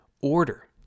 order